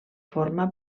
forma